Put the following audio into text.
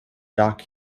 dark